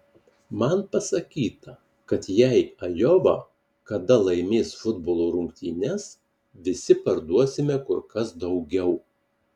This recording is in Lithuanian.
man pasakyta kad jei ajova kada laimės futbolo rungtynes visi parduosime kur kas daugiau